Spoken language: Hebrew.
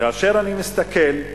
כאשר אני מסתכל,